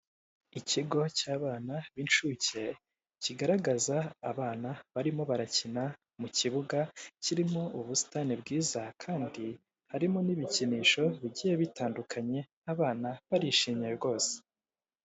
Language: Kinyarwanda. Ikigo cy'abana b'incuke kigaragaza abana barimo barakina mu kibuga kirimo ubusitani bwiza kandi harimo n'ibikinisho bigiye bitandukanye. Abana barishimye rwose